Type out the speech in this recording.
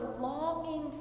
longing